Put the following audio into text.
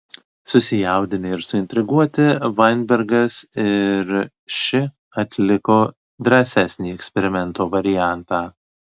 susijaudinę ir suintriguoti vainbergas ir ši atliko drąsesnį eksperimento variantą